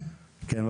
כן,